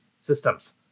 systems